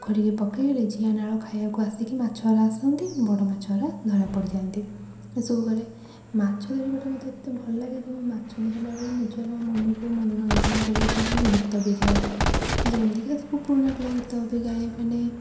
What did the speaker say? ଖରିକି ପକେଇଲେ ଜିଆ ନାଳ ଖାଇବାକୁ ଆସିକି ମାଛଗୁଡ଼ା ଆସନ୍ତି ବଡ଼ ମାଛଗୁଡ଼ା ଧରା ପଡ଼ିଯାନ୍ତି ଏସବୁ କରେ ମାଛ ଧରିବାଟା ମୋତେ ଏତେ ଭଲ ଲାଗେ ଯେ ମୁଁ ମାଛ ଧରିଲା ବେଳେ ନିଜର ମନକୁ ମନୋରଞ୍ଜନ କରିବା ପାଇଁକି ମୁଁ ଗୀତ ବି ଗାଏ ଯେମିତିକି ସବୁ ପୁରୁଣାକାଳିଆ ଗୀତ ବି ଗାଏ ମାନେ